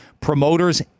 promoters